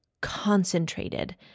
concentrated